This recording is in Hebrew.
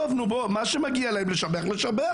כשמגיע לשבח, נשבח.